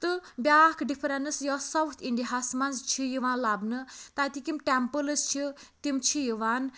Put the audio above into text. تہٕ بیٛاکھ ڈِفرنَس یۅس ساوُتھ اِنڈیاہَس مَنٛز چھِ یِوان لَبنہٕ تَتِکۍ یِم ٹیٚمپلٕز چھِ تِم چھِ یِوان